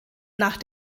nach